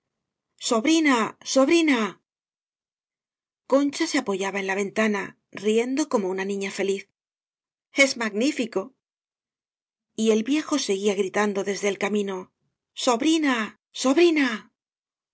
sobrina sobrina concha se apoyaba en la ventana riendo como una niña feliz es magnífico y el viejo seguía gritando desde el camino sobrina sobrina